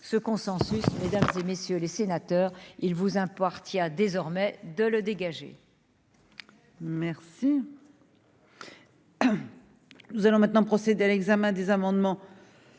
ce consensus, mesdames et messieurs les sénateurs, il vous un parti a désormais de le dégager. Merci. Nous allons maintenant procéder à l'examen des amendements